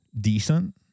decent